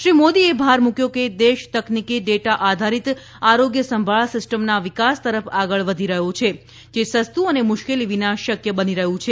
શ્રી મોદીએ ભાર મૂક્યો કે દેશ તકનીકી ડેટા આધારિત આરોગ્યસંભાળ સિસ્ટમના વિકાસ તરફ આગળ વધી રહ્યો છે જે સસ્તું અને મુશ્કેલી વિના શક્ય બની રહ્યું છે